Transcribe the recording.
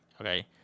okay